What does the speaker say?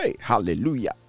hallelujah